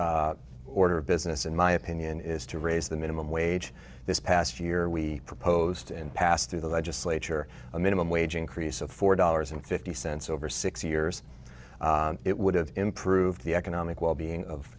order of business in my opinion is to raise the minimum wage this past year we proposed and passed through the legislature a minimum wage increase of four dollars and fifty cents over six years it would have improved the economic well being of